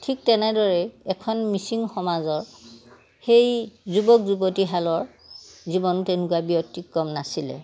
ঠিক তেনেদৰেই এখন মিচিং সমাজত সেই যুৱক যুৱতীহালৰ জীৱন তেনেকুৱা ব্যতিক্ৰম নাছিলে